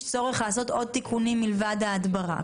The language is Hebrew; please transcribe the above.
צורך לעשות עוד תיקונים מלבד ההדברה?